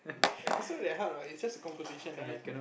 this not that hard what it's just a conversation right